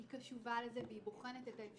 היא קשובה לזה, והיא בוחנת את האפשרויות.